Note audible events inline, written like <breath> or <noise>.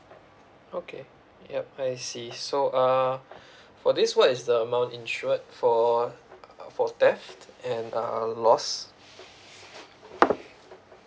okay yup I see so uh <breath> for this what is the amount insured for uh for theft and uh lost